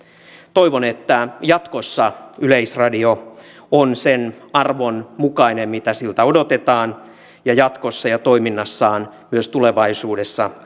toivon että jatkossa yleisradio on sen arvon mukainen mitä siltä odotetaan ja jatkossa se on toiminnassaan myös tulevaisuudessa